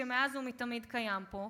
שמאז ומתמיד קיים פה.